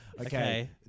Okay